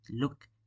look